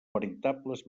veritables